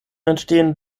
entstehen